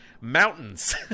mountains